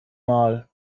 mal